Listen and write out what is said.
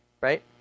right